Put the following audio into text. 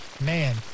man